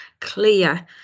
clear